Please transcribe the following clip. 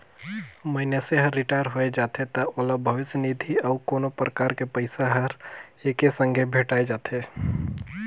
मइनसे हर रिटायर होय जाथे त ओला भविस्य निधि अउ कोनो परकार के पइसा हर एके संघे भेंठाय जाथे